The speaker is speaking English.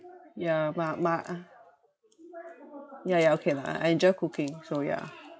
ya but my uh ya ya okay lah I enjoy cooking so ya